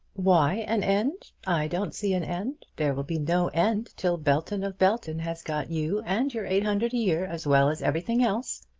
why an end? i don't see an end. there will be no end till belton of belton has got you and your eight hundred a year as well as everything else.